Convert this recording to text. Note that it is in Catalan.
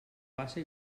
baixa